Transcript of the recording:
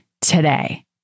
today